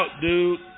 dude